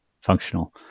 functional